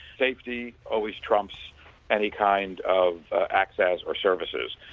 safety always trumps any kind of access or services.